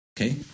Okay